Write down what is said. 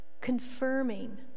confirming